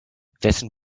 wessen